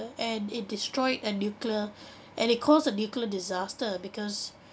and it destroyed a nuclear and it caused a nuclear disaster because